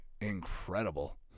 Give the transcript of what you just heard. incredible